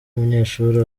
umunyeshuri